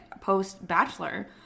post-bachelor